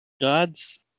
God's